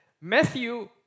Matthew